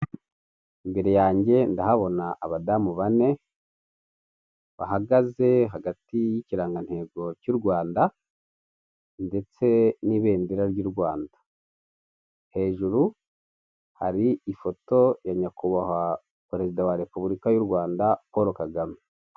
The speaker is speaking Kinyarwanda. Imbere yanjye ndahabona abadamu bane bahagaze hagati y'ikirangantego cy'u Rwanda ndetse n'ibendera ry'u Rwanda, hejuru hari ifoto ya nyakubahwa perezida wa repubulika y'u Rwanda Poro Kagame.